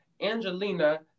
Angelina